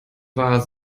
war